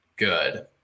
good